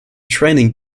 training